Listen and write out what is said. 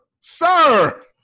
sir